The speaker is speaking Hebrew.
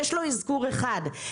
יש לו אזכור אחד,